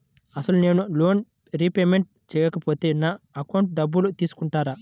అసలు నేనూ loan repayment చేయకపోతే నా అకౌంట్లో డబ్బులు తీసుకుంటారా?